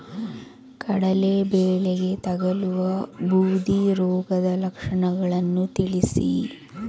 ಕಡಲೆ ಬೆಳೆಗೆ ತಗಲುವ ಬೂದಿ ರೋಗದ ಲಕ್ಷಣಗಳನ್ನು ತಿಳಿಸಿ?